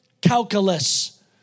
calculus